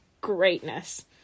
greatness